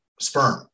sperm